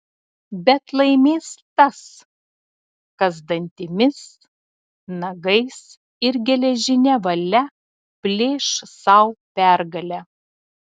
bet laimės tas kas dantimis nagais ir geležine valia plėš sau pergalę